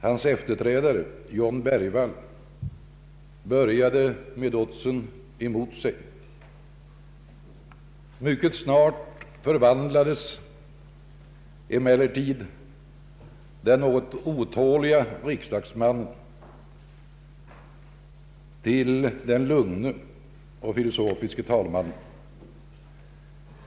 Hans efterträdare, John Bergvall, började med oddsen emot sig. Mycket snabbt förvandlades emellertid den otåligt cigarrettrökande riksdagsmannen till den lugne och filosofiske talmannen.